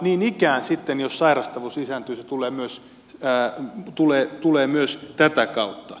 niin ikään sitten jos sairastavuus lisääntyy se tulee myös tätä kautta